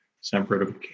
separate